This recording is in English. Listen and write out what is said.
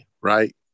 right